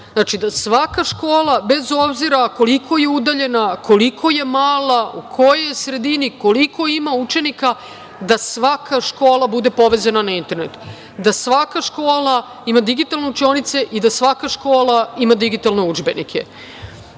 da svaka škola, bez obzira koliko je udaljena, koliko je mala, u kojoj je sredini, koliko ima učenika, da svaka škola bude povezana na internet, da svaka učionica ima digitalne učionice i da svaka škola ima digitalne udžbenike. Onda